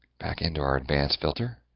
back into our advanced filter